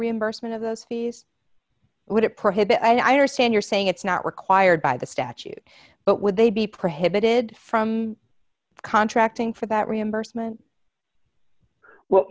reimbursement of those fees would it prohibit i understand you're saying it's not required by the statute but would they be prohibited from contracting for that reimbursement well